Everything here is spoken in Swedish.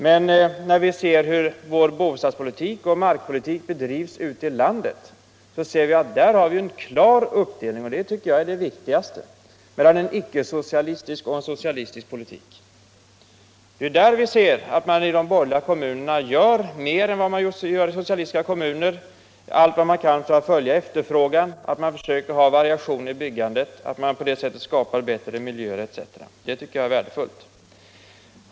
Men när vi ser hur bostadsoch markpolitik bedrivs ute i landet, finner vi att man där har en klar uppdelning - och det tycker jag är det viktigaste - mellan en icke-socialistisk och en socialistisk politik. Det är ju där vi ser att man i de borgerliga kommunerna gör mer än vad som görs i socialistiska kommuner — att man gör allt vad man kan för att följa efterfrågan, att man försöker ha variation i byggandet och att man på det sättet skapar bättre miljö, etc. Det tycker jag är värdefullt.